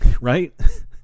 right